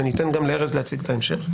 ואני אתן גם לארז להציג את ההמשך,